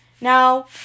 Now